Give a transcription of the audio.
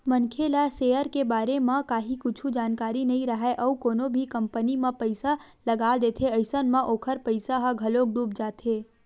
मनखे ला सेयर के बारे म काहि कुछु जानकारी नइ राहय अउ कोनो भी कंपनी म पइसा लगा देथे अइसन म ओखर पइसा ह घलोक डूब जाथे